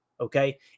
okay